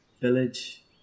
village